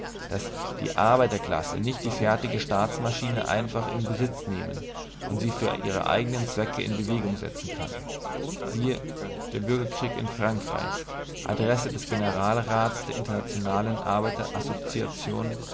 daß die arbeiterklasse nicht die fertige staatsmaschine einfach in besitz nehmen und sie für ihre eignen zwecke in bewegung setzen kann siehe der bürgerkrieg in frankreich adresse des generalraths der internationalen